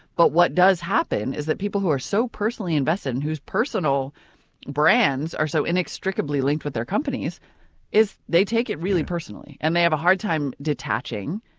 but what does happen is that people who are so personally invested and whose personal brands are so inextricably linked with their companies is they take it really personally. and they have a hard time detaching,